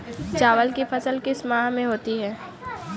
चावल की फसल किस माह में होती है?